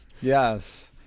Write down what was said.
Yes